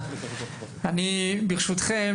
ברשותכם,